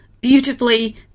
beautifully